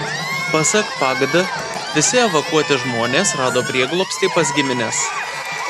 pasak pagd visi evakuoti žmonės rado prieglobstį pas gimines